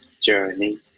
journey